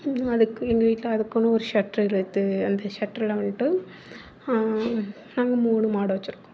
அதுக்கு எங்கள் வீட்டில் அதுக்குன்னு ஒரு ஷட்ரு இழுத்து அந்த ஷட்ரில் வந்துட்டு நாங்கள் மூணு மாடு வச்சுருக்கோம்